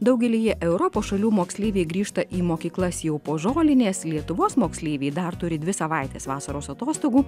daugelyje europos šalių moksleiviai grįžta į mokyklas jau po žolinės lietuvos moksleiviai dar turi dvi savaites vasaros atostogų